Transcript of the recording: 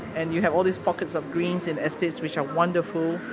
and you have all these pockets of green in estates which are wonderful,